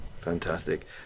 fantastic